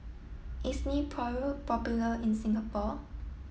is Nepro popular in Singapore